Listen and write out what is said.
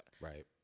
Right